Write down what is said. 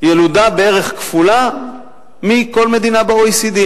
ילודה בערך כפולה מבכל מדינה ב-OECD,